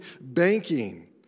banking